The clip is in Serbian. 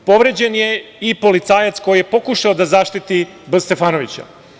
Povređen je i policajac koji je pokušao da zaštiti B. Stefanovića.